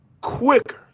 quicker